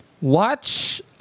watch